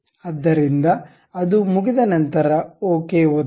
ಆದ್ದರಿಂದ ಅದು ಮುಗಿದ ನಂತರ ಓಕೆ ಒತ್ತಿ